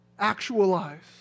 actualize